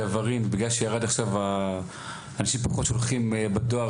בגלל שאנשים פחות שולחים מכתבים בדואר,